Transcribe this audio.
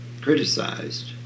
criticized